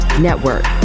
Network